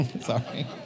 Sorry